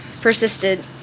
persisted